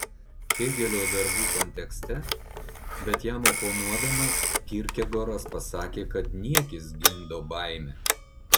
hėgelio darbų kontekste bet jam oponuodamas kirkegoras pasakė kad niekis gimdo baimę